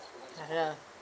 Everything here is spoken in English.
ya lah